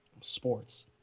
sports